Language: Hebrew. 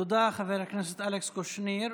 תודה, חבר הכנסת אלכס קושניר.